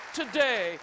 today